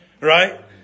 right